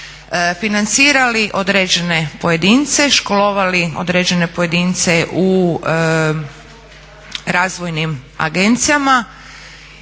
financirali određene pojedince, školovali određene pojedince u razvojnim agencijama